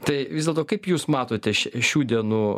tai vis dėlto kaip jūs matote š šių dienų